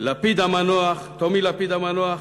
לפיד המנוח, טומי לפיד המנוח,